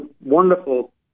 wonderful